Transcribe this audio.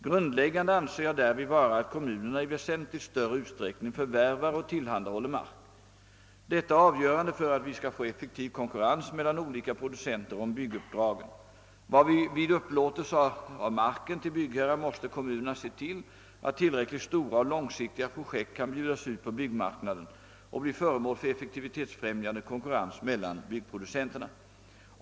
Grundläggande anser jag därvid vara att kommunerna i väsentligt större utsträckning förvärvar och tillhandahåller mark. Detta är avgörande för att vi skall få effektiv konkurrens mellan olika producenter om bygguppdragen. Vid upplåtelse av marken till byggherrar måste kommunerna se till att tillräckligt stora och långsiktiga projekt kan bjudas ut på byggmarknaden och bli föremål för effektivitetsfrämjande konkurrens mellan byggproducenterna.